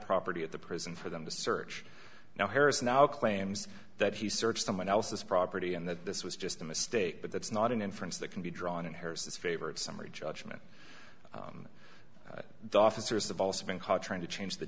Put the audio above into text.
property at the prison for them to search now harris now claims that he searched someone else's property and that this was just a mistake but that's not an inference that can be drawn and here's his favorite summary judgment the officers have also been caught trying to change the